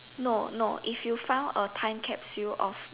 no no if you found a time capsule of